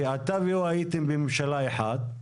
שאתה והוא הייתם בממשלה אחת.